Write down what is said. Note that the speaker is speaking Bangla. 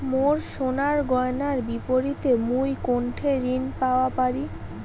মোর সোনার গয়নার বিপরীতে মুই কোনঠে ঋণ পাওয়া পারি?